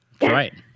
Right